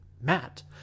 Matt